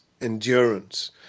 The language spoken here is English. endurance